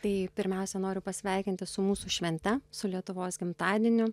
tai pirmiausia noriu pasveikinti su mūsų švente su lietuvos gimtadieniu